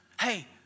Hey